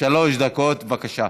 שלוש דקות, בבקשה.